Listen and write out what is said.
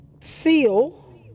seal